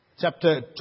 Chapter